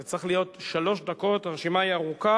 זה צריך להיות שלוש דקות, הרשימה היא ארוכה